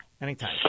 anytime